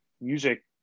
music